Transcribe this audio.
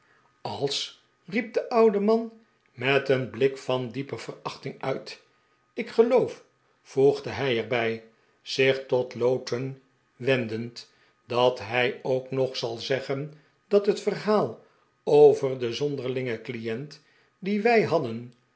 als riep de oude man met een blik van diepe verachting uit ik geloof voegde hij er bij zich tot lowten wendend dat hij ook nog zal zeggen dat het verhaal over den zonderlingen client dien wij hadden